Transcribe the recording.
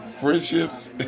Friendships